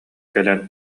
кэлэн